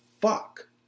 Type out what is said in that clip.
fuck